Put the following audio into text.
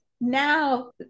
now